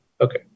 okay